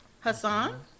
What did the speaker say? Hassan